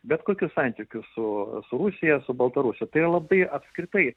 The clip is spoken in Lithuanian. bet kokius santykius su rusija su baltarusija tai labai apskritai